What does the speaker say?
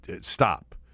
stop